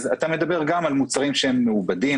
מדובר גם על מוצרים מעובדים,